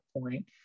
point